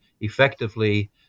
effectively